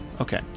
okay